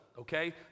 okay